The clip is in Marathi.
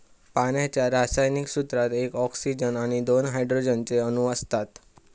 पाण्याच्या रासायनिक सूत्रात एक ऑक्सीजन आणि दोन हायड्रोजन चे अणु असतात